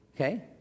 Okay